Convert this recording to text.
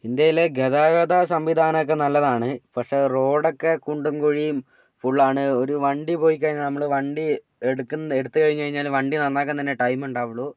ഇന്ത്യയിലെ ഗതാഗത സംവിധാനം ഒക്കെ നല്ലതാണ് പക്ഷെ റോഡ് ഒക്കെ കുണ്ടും കുഴിയും ഫുള്ളാണ് ഒരു വണ്ടി പോയിക്കഴിഞ്ഞാൽ നമ്മൾ വണ്ടി എടുക്കുന്ന എടുത്ത് കഴിഞ്ഞു കഴിഞ്ഞാൽ വണ്ടി നന്നാക്കാൻ തന്നെ ടൈം ഉണ്ടാവുള്ളു